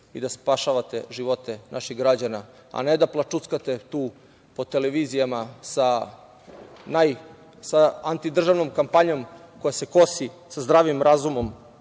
i da spašavate živote naših građana, a ne da plačuckate tu po televizijama sa antidržavnom kampanjom koja se kosi sa zdravim razumom,